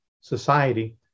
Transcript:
society